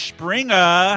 Springer